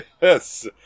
yes